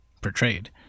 portrayed